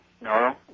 no